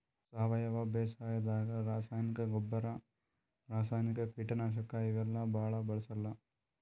ಸಾವಯವ ಬೇಸಾಯಾದಾಗ ರಾಸಾಯನಿಕ್ ಗೊಬ್ಬರ್, ರಾಸಾಯನಿಕ್ ಕೀಟನಾಶಕ್ ಇವೆಲ್ಲಾ ಭಾಳ್ ಬಳ್ಸಲ್ಲ್